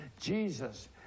Jesus